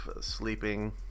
sleeping